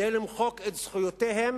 כדי למחוק את זכויותיהן,